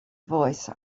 voice